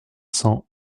cents